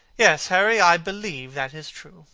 yes, harry, i believe that is true